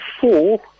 four